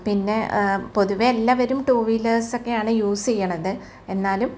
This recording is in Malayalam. പിന്നെ പൊതുവെ എല്ലാവരും ടു വീലേസക്കെയാണ് യൂസ് ചെയ്യുന്നത് എന്നാലും